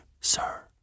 sir